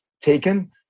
taken